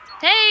Hey